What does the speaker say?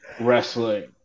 wrestling